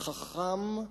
חכם,